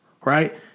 right